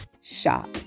shop